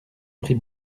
pris